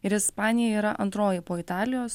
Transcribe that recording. ir ispanija yra antroji po italijos